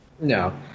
No